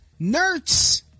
Nerds